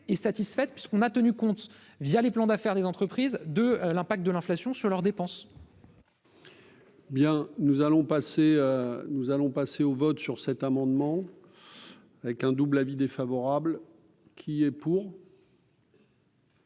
est satisfaite puisqu'on a tenu compte, via les plans d'affaires des entreprises de l'impact de l'inflation sur leurs dépenses. Bien, nous allons passer, nous allons passer au vote sur cet amendement. Avec un double avis défavorable qui est pour.